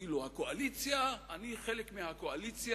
כאילו הקואליציה, אני חלק מהקואליציה,